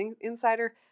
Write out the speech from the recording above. insider